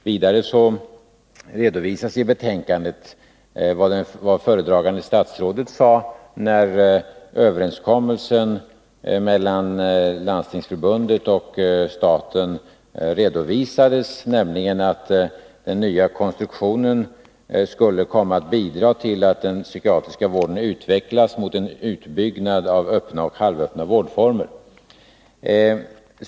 Vidare redogörs i betänkandet för vad föredragande statsrådet sade när överenskommelsen mellan Landstingsförbundet och staten redovisades, nämligen att den nya konstruktionen skulle komma att bidra till att den psykiatriska vården utvecklas mot en utbyggnad av öppna och halvöppna vårdformer.